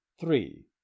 three